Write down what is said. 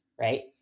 Right